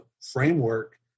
framework